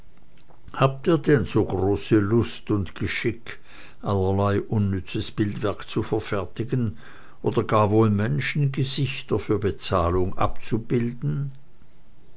habt ihr denn so große lust und geschick allerlei unnützes bildwerk zu verfertigen oder wohl gar menschengesichter für bezahlung abzubilden